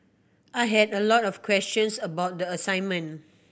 I had a lot of questions about the assignment